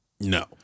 No